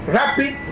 rapid